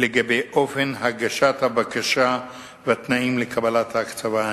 לגבי אופן הגשת הבקשה והתנאים לקבלת הקצבה.